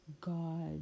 God